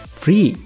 free